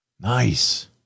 nice